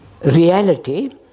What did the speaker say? reality